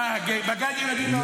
אה, בגן ילדים.